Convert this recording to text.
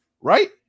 right